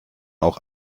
auch